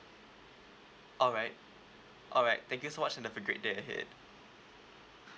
alright alright thank you so much and have a great day ahead